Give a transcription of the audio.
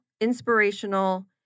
inspirational